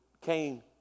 Cain